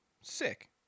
Sick